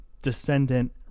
descendant